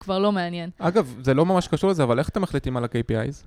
כבר לא מעניין. אגב, זה לא ממש קשור לזה, אבל איך אתם מחליטים על ה-KPI?